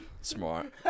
smart